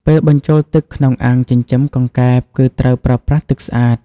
ពេលបញ្ចូលទឹកក្នុងអាងចិញ្ចឹមកង្កែប គឺត្រូវប្រើប្រាស់ទឹកស្អាត។